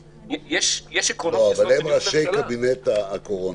אבל הם ראשי קבינט הקורונה,